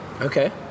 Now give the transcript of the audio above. okay